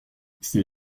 ces